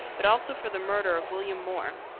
but also for the murder of william moore.